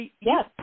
Yes